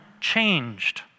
changed